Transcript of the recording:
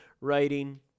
writing